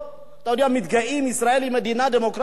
מתגאים: ישראל היא מדינה דמוקרטית באזור.